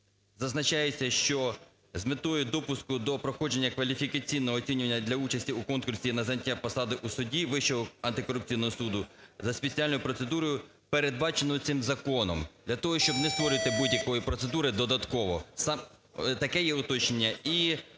Зазначається, що з метою допуску до проходження кваліфікаційного оцінюванню для участі у конкурсі на заняття посади у суді Вищого антикорупційного суду за спеціальною процедурою передбаченою цим законом, для того, щоб не створювати будь-якої процедури додатково. Таке є уточнення